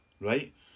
right